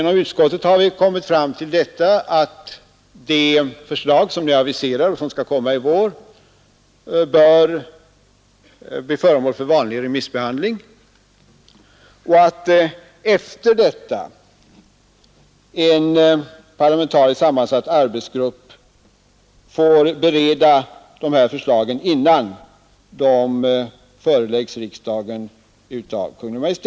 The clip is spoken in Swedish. Inom utskottet har vi kommit fram till att de förslag som är aviserade och som beräknas bli framlagda i vår bör bli föremål för vanlig remissbehandling och därefter beredas av en parlamentariskt sammansatt arbetsgrupp innan förslagen föreläggs riksdagen av Kungl. Maj:t.